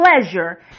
pleasure